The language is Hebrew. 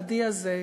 העדי הזה,